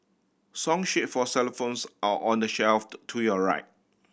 song sheet for xylophones are on the shelf to your right